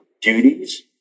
duties